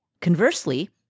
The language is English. conversely